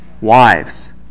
wives